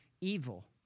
evil